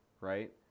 Right